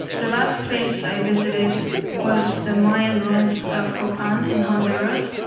the last place i visited was the mayan ruins of copan, and honduras.